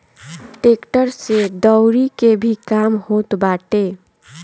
tractor से दवरी के भी काम होत बाटे